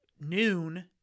noon